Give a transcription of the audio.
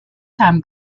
time